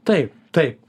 taip taip